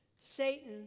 Satan